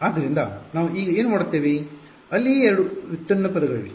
ಆದ್ದರಿಂದ ನಾವು ಈಗ ಏನು ಮಾಡುತ್ತೇವೆ ಅಲ್ಲಿಯೇ ಎರಡು ವ್ಯುತ್ಪನ್ನ ಪದಗಳಿವೆ